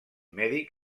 mèdic